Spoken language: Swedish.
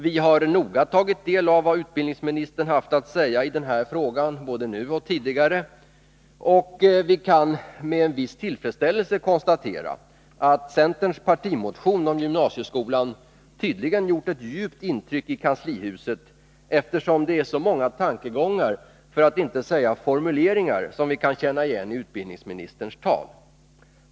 Vi har noga tagit del av vad utbildningsministern haft att säga i den här frågan nu och tidigare. Vi kan med viss tillfredsställelse konstatera att centerns partimotion om gymnasieskolan tydligen gjort ett djupt intryck i kanslihuset, eftersom det är så många tankegångar, för att inte säga formuleringar, som vi kan känna igen i utbildningsministerns tal.